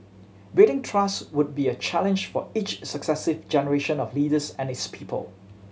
building trust would be a challenge for each successive generation of leaders and its people